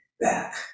back